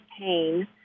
pain